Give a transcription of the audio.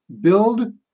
build